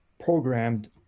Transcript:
programmed